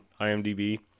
IMDb